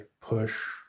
push